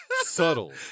Subtle